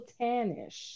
tannish